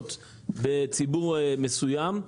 ותלויות בציבור מסוים.